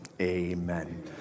Amen